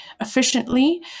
efficiently